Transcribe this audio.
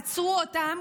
עצרו אותם,